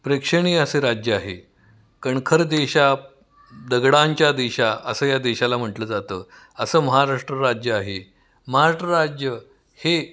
प्रेक्षणीय असे राज्य आहे कणखर देशा दगडांच्या देशा असं या देशाला म्हटलं जातं असं महाराष्ट्र राज्य आहे महाराष्ट्र राज्य हे